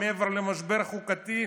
מעבר למשבר חוקתי,